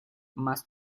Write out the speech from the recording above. más